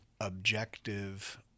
objective